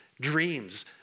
dreams